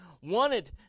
wanted